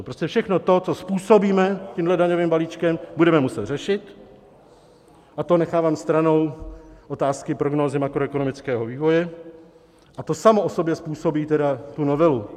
Prostě všechno to, co způsobíme tímto daňovým balíčkem, budeme muset řešit, a to nechávám stranou otázky prognózy makroekonomického vývoje, a to samo o sobě způsobí tedy tu novelu.